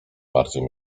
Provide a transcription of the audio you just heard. bardziej